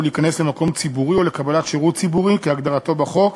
להיכנס למקום ציבורי או לקבל שירות ציבורי כהגדרתו בחוק,